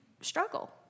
struggle